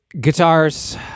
Guitars